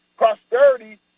Prosperity